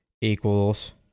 equals